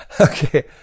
Okay